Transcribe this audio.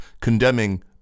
condemning